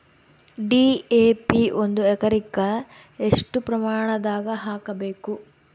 DAP ಒಂದು ಎಕರಿಗ ಎಷ್ಟ ಪ್ರಮಾಣದಾಗ ಹಾಕಬೇಕು?